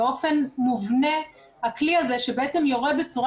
באופן מובנה הכלי הזה שבעצם יורה בצורה